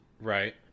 Right